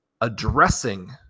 addressing